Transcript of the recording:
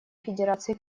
федерации